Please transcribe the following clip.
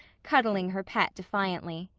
cuddling her pet defiantly.